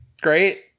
great